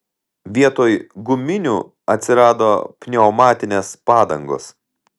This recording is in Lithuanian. vietoj guminių atsirado pneumatinės padangos